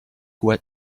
wet